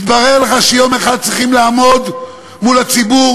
התברר לך שיום אחד צריכים לעמוד מול הציבור